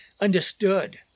understood